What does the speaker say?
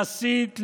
להסית,